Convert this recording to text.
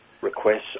requests